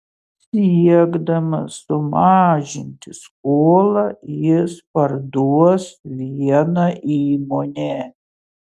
siekdamas sumažinti skolą jis parduos vieną įmonę